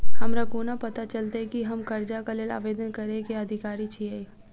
हमरा कोना पता चलतै की हम करजाक लेल आवेदन करै केँ अधिकारी छियै?